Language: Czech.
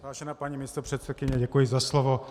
Vážená paní místopředsedkyně, děkuji za slovo.